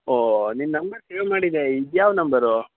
ಓಹ್ ನಿನ್ನ number save ಮಾಡಿದ್ದೆ ಇದು ಯಾವ ನಂಬರು